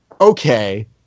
okay